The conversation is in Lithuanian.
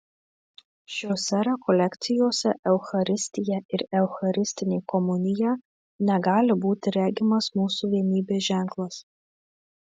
šiose rekolekcijose eucharistija ir eucharistinė komunija negali būti regimas mūsų vienybės ženklas